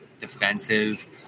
defensive